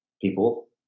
people